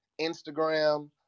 Instagram